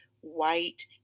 white